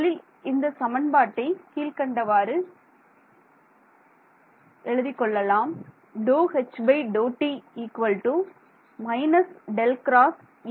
முதலில் இந்த சமன்பாட்டை கீழ்க்கண்டவாறு எழுதிக் கொள்ளலாம்